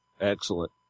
Excellent